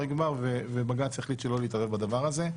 יגבר ובג"ץ יחליט שלא להתערב בדבר הזה.